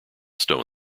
stone